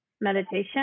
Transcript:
meditation